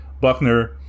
Buckner